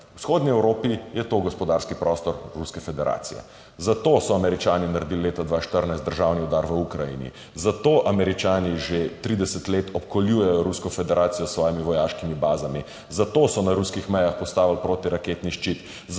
v vzhodni Evropi je to gospodarski prostor Ruske federacije. Zato so Američani naredili leta 2014 državni udar v Ukrajini. Zato Američani že 30 let obkoljujejo Rusko federacijo s svojimi vojaškimi bazami. Zato so na ruskih mejah postavili protiraketni ščit.